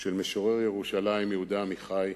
של משורר ירושלים, יהודה עמיחי,